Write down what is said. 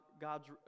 God's